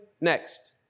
next